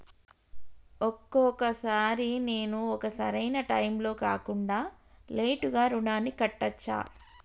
ఒక్కొక సారి నేను ఒక సరైనా టైంలో కాకుండా లేటుగా రుణాన్ని కట్టచ్చా?